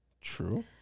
True